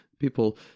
people